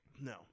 No